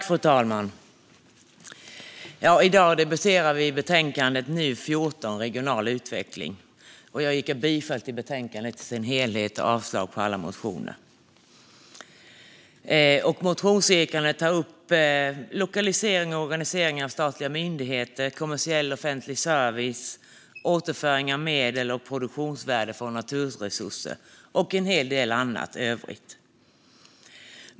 Fru talman! I dag debatterar vi betänkandet NU14 om regional utveckling. Jag yrkar bifall till utskottets förslag i betänkandet och avslag på samtliga motioner. Motionsyrkandena tar upp lokalisering och organisering av statliga myndigheter, kommersiell och offentlig service, återföring av medel och produktionsvärden från naturresurser och en hel del annat.